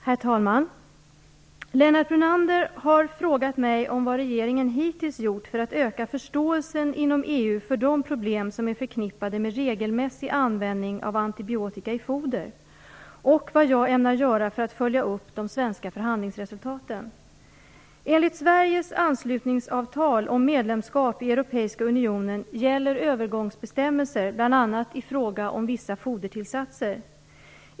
Herr talman! Lennart Brunander har frågat mig vad regeringen hittills gjort för att öka förståelsen inom EU för de problem som är förknippade med regelmässig användning av antibiotika i foder och vad jag ämnar göra för att följa upp de svenska förhandlingsresultaten. Europeiska unionen gäller övergångsbestämmelser bl.a. i fråga om vissa fodertillsatser.